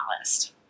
list